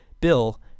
bill